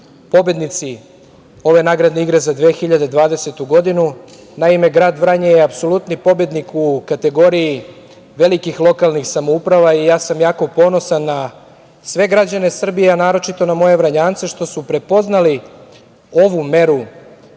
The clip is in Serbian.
pobednici ove nagradne igre za 2020. godinu. Naime, grad Vranje je apsolutni pobednik u kategoriji velikih lokalnih samouprava i ja sam jako ponosan na sve građane Srbije, a naročito na moje Vranjance što su prepoznali ovu meru